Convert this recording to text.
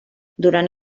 durant